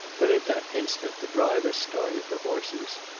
but at that instant the driver started the horses.